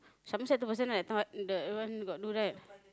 Somerset that one got do right